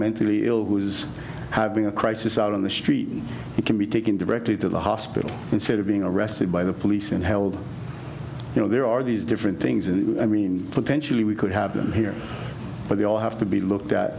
mentally ill who is having a crisis out on the street you can be taken directly to the hospital instead of being arrested by the police and held you know there are these different things and i mean potentially we could have them here but they all have to be looked at